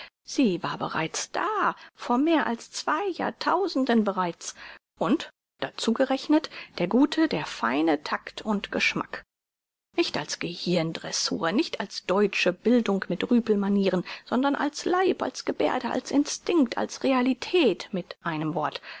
sie war bereits da vor mehr als zwei jahrtausenden bereits und dazu gerechnet der gute der feine takt und geschmack nicht als gehirn dressur nicht als deutsche bildung mit rüpel manieren sondern als leib als gebärde als instinkt als realität mit einem wort